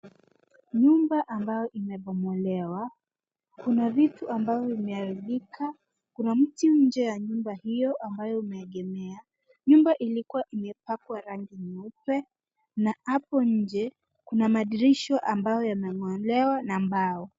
Nyumba ambayo imebomolewa. Kuna vitu ambayo imeharibika. Kuna mti nje ya nyumba hiyo ambayo imeegemea. Nyumba ilikuwa imepakwa rangi nyeupe na hapo nje, kuna madirisha ambayo yameng'olewa na mbao.